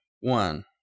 one